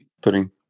putting